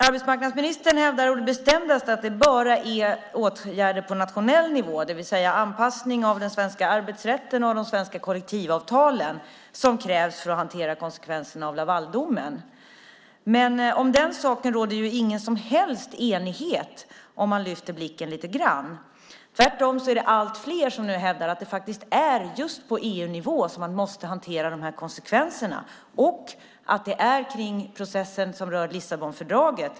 Arbetsmarknadsministern hävdar å det bestämdaste att det bara är åtgärder på nationell nivå, det vill säga anpassning av den svenska arbetsrätten och de svenska kollektivavtalen, som krävs för att hantera konsekvenserna av Lavaldomen. Om den saken råder dock ingen som helst enighet om man lyfter blicken lite grann. Tvärtom hävdar allt fler att det är på just EU-nivå som konsekvenserna måste hanteras och att frågan måste lyftas upp i den process som rör Lissabonfördraget.